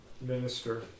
minister